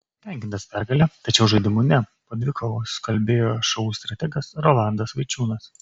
patenkintas pergale tačiau žaidimu ne po dvikovos kalbėjo šu strategas rolandas vaičiūnas